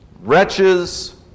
Wretches